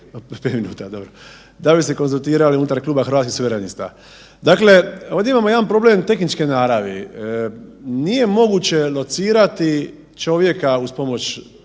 5 minuta dobro, da bi se konzultirali unutar Kluba hrvatskih suverenista. Dakle, ovdje imamo jedan problem tehničke naravi. Nije moguće locirati čovjeka uz pomoć